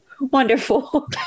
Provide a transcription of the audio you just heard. Wonderful